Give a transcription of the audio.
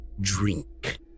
drink